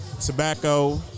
tobacco